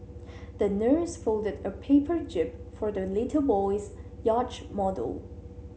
the nurse folded a paper jib for the little boy's yacht model